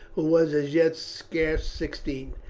who was as yet scarce sixteen,